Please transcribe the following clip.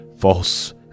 false